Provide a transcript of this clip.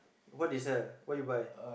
what they sell what you buy